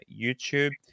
YouTube